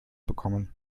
bekommen